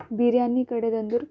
biryani ಕಡೆದಂದರೆ